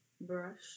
brush